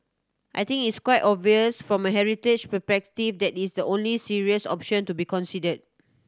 I think it's quite obvious from a heritage perspective that is the only serious option to be considered